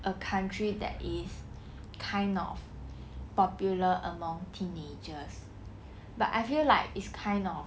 a country that is kind of popular among teenagers but I feel like it's kind of